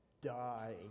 die